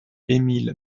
émile